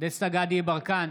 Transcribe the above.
דסטה גדי יברקן,